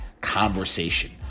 conversation